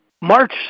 March